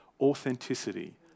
Authenticity